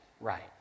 right